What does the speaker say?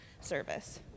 service